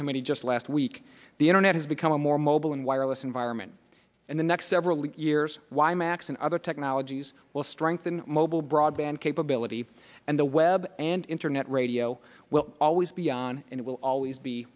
subcommittee just last week the internet has become a more mobile and wireless environment and the next several years why macs and other technologies will strengthen mobile broadband capability and the web and internet radio will always be on and it will always be